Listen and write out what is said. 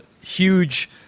huge